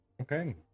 Okay